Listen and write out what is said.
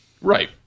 Right